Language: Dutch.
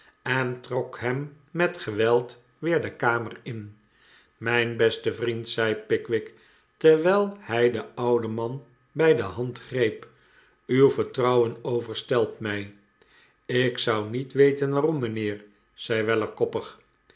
en trok hem met geweld weer de kamer in mijn beste vriend zei pickwick terwijl hij den ouden man bij de hand greep uw vertrouwen overstelpt mij ik zou niet weten waarom mijnheer zei weller koppig